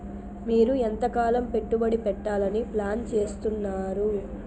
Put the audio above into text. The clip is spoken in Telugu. మీరు ఎంతకాలం పెట్టుబడి పెట్టాలని ప్లాన్ చేస్తున్నారు?